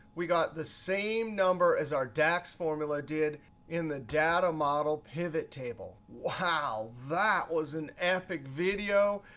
we got the same number as our dax formula did in the data model pivot table. wow, that was an epic video.